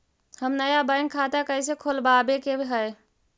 हम नया बैंक खाता कैसे खोलबाबे के है?